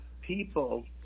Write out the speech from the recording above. people